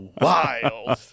wild